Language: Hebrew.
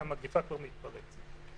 כשהמגפה כבר מתפרצת.